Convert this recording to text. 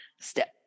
Step